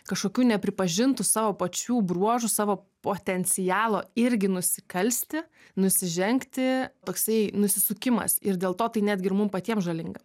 kažkokių nepripažintų savo pačių bruožų savo potencialo irgi nusikalsti nusižengti toksai nusisukimas ir dėl to tai netgi ir mum patiem žalinga